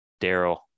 Daryl